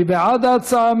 מי בעד ההצעה?